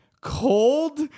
cold